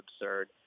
absurd